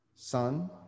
Sun